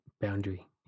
boundary